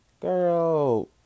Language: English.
Girl